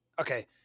okay